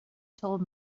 told